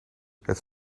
het